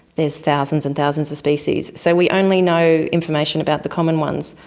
there's thousands and thousands of species. so we only know information about the common ones.